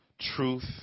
truth